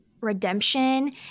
redemption